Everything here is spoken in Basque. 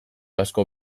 asko